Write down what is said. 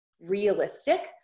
realistic